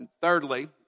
thirdly